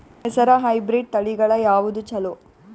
ಹೆಸರ ಹೈಬ್ರಿಡ್ ತಳಿಗಳ ಯಾವದು ಚಲೋ?